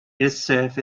itself